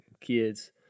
kids